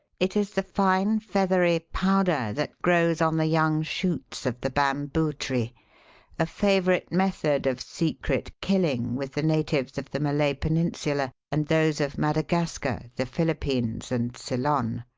it is the fine, feathery powder that grows on the young shoots of the bamboo tree a favourite method of secret killing with the natives of the malay peninsula and those of madagascar, the philippines and ceylon.